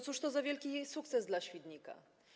Cóż to za wielki sukces dla Świdnika?